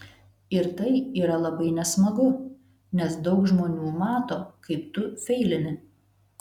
ir tai yra labai nesmagu nes daug žmonių mato kaip tu feilini